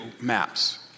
maps